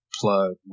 Plug